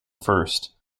first